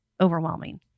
overwhelming